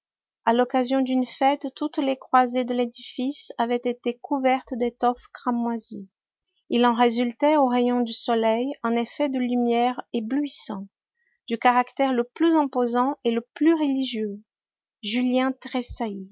a l'occasion d'une fête toutes les croisées de l'édifice avaient été couvertes d'étoffe cramoisie il en résultait aux rayons du soleil un effet de lumière éblouissant du caractère le plus imposant et le plus religieux julien tressaillit